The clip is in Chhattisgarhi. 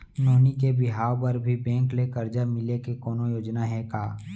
नोनी के बिहाव बर भी बैंक ले करजा मिले के कोनो योजना हे का?